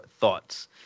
thoughts